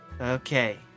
Okay